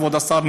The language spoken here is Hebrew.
כבוד השר,